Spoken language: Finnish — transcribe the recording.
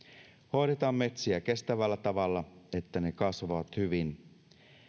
hoidetaan metsiä kestävällä tavalla että ne kasvavat hyvin